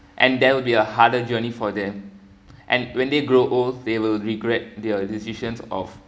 and there'll be a harder journey for them and when they grow old they will regret their decisions of